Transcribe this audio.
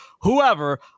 whoever